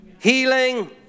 healing